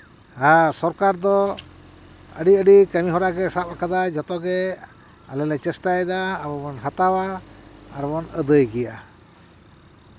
ᱟᱨ ᱥᱚᱨᱠᱟᱨ ᱫᱚ ᱟᱹᱰᱤ ᱟᱹᱰᱤ ᱠᱟᱹᱢᱤᱦᱚᱨᱟ ᱜᱮ ᱥᱟᱵ ᱠᱟᱫᱟᱭ ᱡᱚᱛᱚᱜᱮ ᱟᱞᱮ ᱞᱮ ᱪᱮᱥᱴᱟᱭᱮᱫᱟ ᱟᱵᱚ ᱵᱚᱱ ᱦᱟᱛᱟᱣᱟ ᱟᱨᱵᱚᱱ ᱟᱹᱫᱟᱹᱭ ᱜᱮᱭᱟ